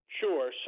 Sure